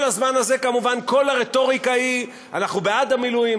כל הזמן הזה כמובן כל הרטוריקה היא: אנחנו בעד המילואים,